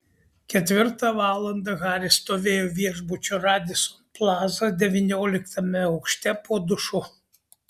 ketvirtą valandą haris stovėjo viešbučio radisson plaza devynioliktame aukšte po dušu